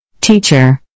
Teacher